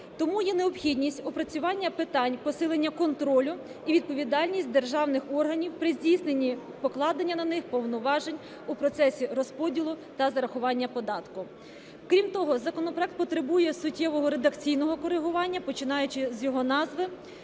Тому є необхідність опрацювання питань посилення контролю і відповідальності державних органів при здійсненні покладених на них повноважень у процесі розподілу та зарахування податку. Крім того, законопроект потребує суттєвого редакційного коригування, починаючи з його назви,